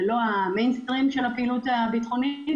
זה לא המיינסטרים של הפעילות הביטחונית